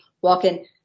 walk-in